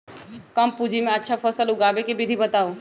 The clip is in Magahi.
कम पूंजी में अच्छा फसल उगाबे के विधि बताउ?